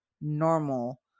normal